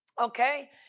okay